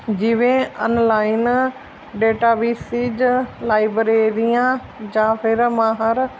ਜਿਵੇਂ online data ਵੀਸੀਜ ਲਾਈਬ੍ਰੇਰੀਆਂ ਜਾਂ ਫਿਰ ਮਾਹਰ